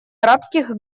арабских